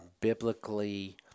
biblically